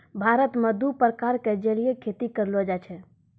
भारत मॅ दू प्रकार के जलीय खेती करलो जाय छै